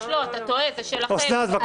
ממש לא, אתה טועה, זה שלכם מ-2019.